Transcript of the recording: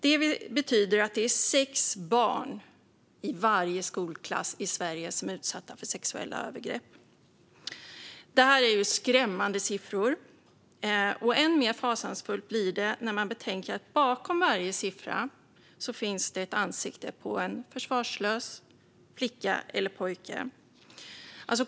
Det betyder att det är sex barn i varje skolklass i Sverige som är utsatta för sexuella övergrepp. Det är skrämmande siffror. Än mer fasansfullt blir det när man betänker att bakom varje siffra finns det ett ansikte på en försvarslös flicka eller pojke.